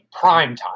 primetime